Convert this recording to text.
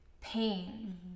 pain